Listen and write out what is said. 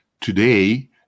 today